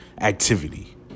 activity